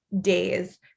days